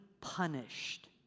punished